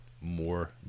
more